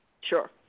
Sure